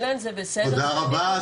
תודה רבה,